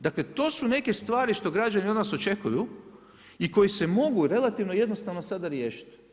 Dakle, to su neke stvari što građani od naš očekuju i koje se mogu relativno jednostavno sad riješiti.